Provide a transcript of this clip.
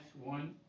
one